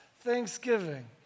Thanksgiving